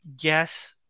yes